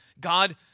God